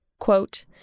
Quote